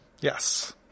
yes